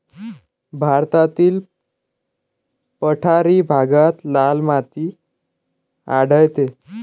भारतातील पठारी भागात लाल माती आढळते